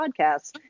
podcasts